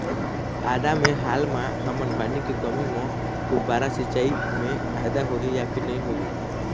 आदा मे हाल मा हमन पानी के कमी म फुब्बारा सिचाई मे फायदा होही या फिर नई होही?